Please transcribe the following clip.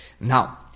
Now